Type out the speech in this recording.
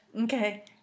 Okay